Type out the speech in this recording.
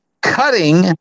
cutting